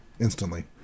instantly